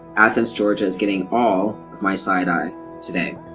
athens, georgia is getting all of my side eye today.